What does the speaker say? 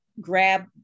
grab